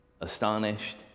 astonished